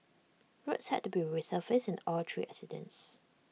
roads had to be resurfaced in all three incidents